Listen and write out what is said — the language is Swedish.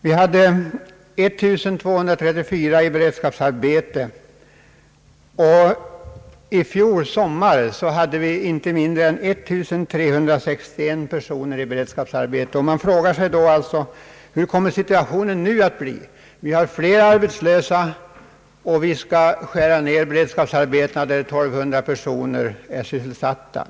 Vi hade 1234 personer i beredskapsarbete, och i fjol sommar var antalet inte mindre än 1 361. Man frågar sig hur situationen nu kommer att bli. Vi har fler arbetslösa och vi skall skära ned beredskapsarbetena, där 1200 personer är sysselsatta.